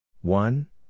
One